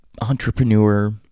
entrepreneur